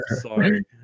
Sorry